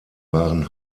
waren